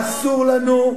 אסור לנו,